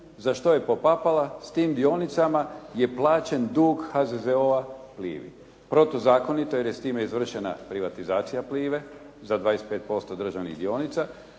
Zašto je popala'? S tim dionicama je plaćen dug HZZO-a Plivi. Protuzakonito, jer je s time izvršena privatizacija Plive sa 25% državnih dionica.